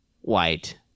White